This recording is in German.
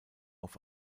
auf